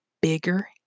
bigger